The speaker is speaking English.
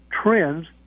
trends